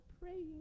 praying